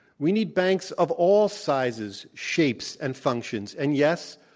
we need banks of all sizes, shapes and functions. and yes,